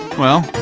well,